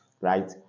right